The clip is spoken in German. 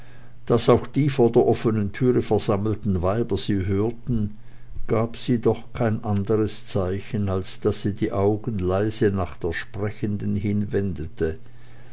daß auch die vor der offenen türe versammelten weiber sie hörten gab sie doch kein anderes zeichen als daß sie die augen leise nach der sprechenden hinwendete